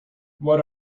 what